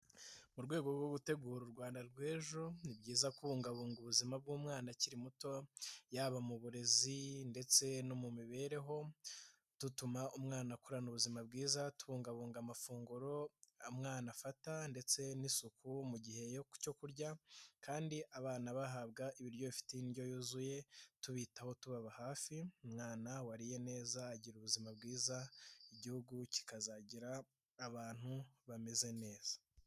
Mu rwego rwo gutegura u Rwanda rw'ejo, ni byiza kubungabunga ubuzima bw'umwana akiri muto yaba mu burezi ndetse no mu mibereho, dutuma umwana akurana ubuzima bwiza tubungabunga amafunguro umwana afata ndetse n'isuku mu gihe kurya, kandi abana bahabwa ibiryo bifite indyo yuzuye tubitaho tubabababa hafi, umwana wariye neza agira ubuzima bwiza igihugu kikazagira abantu bameze neza.